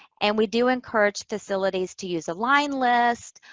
and we do encourage facilities to use a line list,